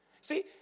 See